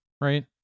right